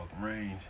range